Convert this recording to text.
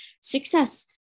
success